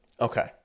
Okay